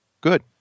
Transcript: Good